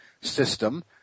system